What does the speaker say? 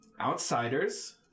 Outsiders